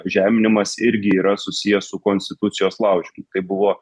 žeminimas irgi yra susijęs su konstitucijos laužymu tai buvo